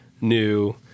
new